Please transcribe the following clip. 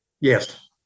Yes